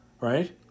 right